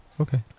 okay